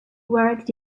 worked